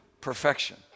perfection